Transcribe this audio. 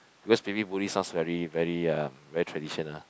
because maybe buri sounds very very hmm very traditional